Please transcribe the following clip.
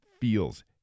feels